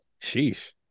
Sheesh